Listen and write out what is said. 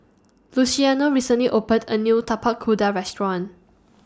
Luciano recently opened A New Tapak Kuda Restaurant